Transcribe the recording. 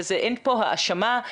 אין פה האשמה,